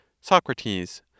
Socrates